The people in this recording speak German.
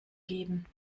geben